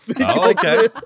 Okay